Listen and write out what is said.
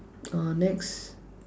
uh next